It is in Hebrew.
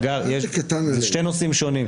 הגר, זה שני נושאים שונים.